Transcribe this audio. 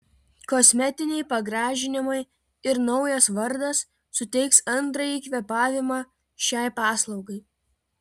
kosmetiniai pagražinimai ir naujas vardas suteiks antrąjį kvėpavimą šiai paslaugai